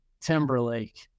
Timberlake